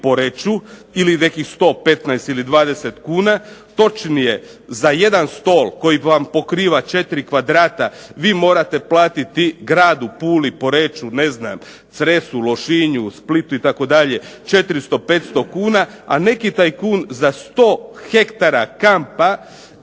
ili nekih 115 ili 20 kuna, točnije za jedan stol koji vam pokriva 4 kvadrata vi morate platiti gradu Puli, Poreču, ne znam Cresu, Lošinju, Splitu itd. 400, 500 kuna, a neki tajkun za 100 hektara kampa